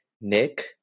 Nick